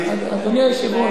אדוני היושב-ראש,